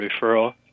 referral